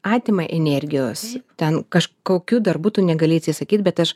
atima energijos ten kažkokių darbū tu negali atsisakyt bet aš